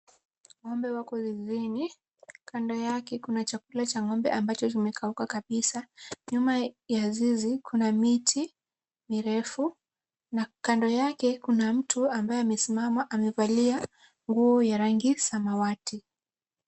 Ng'ombe wako zizini. Kando yake kuna chakula cha ng'ombe ambacho kimekauka kabisa. Nyuma ya zizi kuna miti mirefu na kando yake kuna mtu ambaye amesimama amevalia nguo ya rangi samawati.